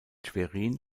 schwerin